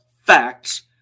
facts